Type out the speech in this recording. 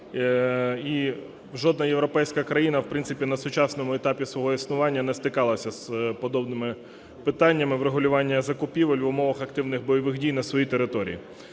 І жодна європейська країна в принципі на сучасному етапі свого існування не стикалася з подібними питаннями врегулювання закупівель в умовах активних бойових дій на своїй території.